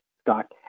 stock